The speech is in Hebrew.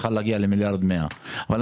כשיכול היה גם להגיע למיליארד 100. כל